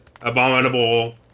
Abominable